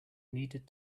needed